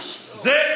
איזה